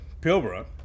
Pilbara